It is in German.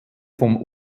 vom